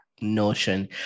notion